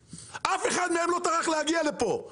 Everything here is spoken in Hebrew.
אף אחד מהם לא טרח להגיע לפה,